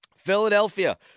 Philadelphia